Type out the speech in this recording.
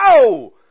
No